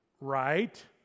Right